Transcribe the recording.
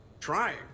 Trying